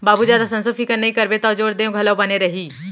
बाबू जादा संसो फिकर नइ करबे तौ जोर देंव घलौ बने रही